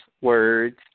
words